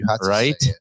Right